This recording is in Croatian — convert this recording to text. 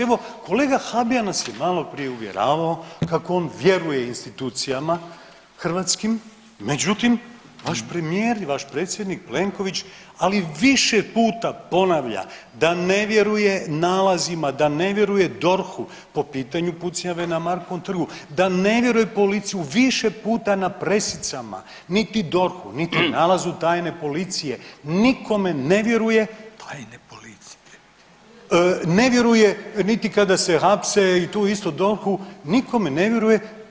Evo kolega Habijan nas je malo prije uvjeravao kako on vjeruje institucijama hrvatskim, međutim vaš premijer i vaš predsjednik Plenković ali više puta ponavlja, da ne vjeruje nalazima, da ne vjeruje DORH-u po pitanju pucnjava na Markovom trgu, da ne vjeruje policiji više puta na presicama, niti DORH-u, niti nalazu tajne policije, nikome ne vjeruje pa i policiji, ne vjeruje niti kada se hapse i tu isto DORH-u, nikome ne vjeruje.